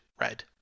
red